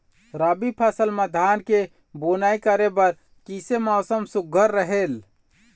रबी फसल म धान के बुनई करे बर किसे मौसम सुघ्घर रहेल?